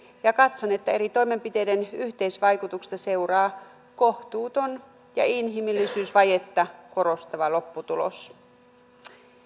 ja katson että eri toimenpiteiden yhteisvaikutuksesta seuraa kohtuuton ja inhimillisyysvajetta korostava lopputulos